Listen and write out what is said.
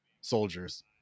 soldiers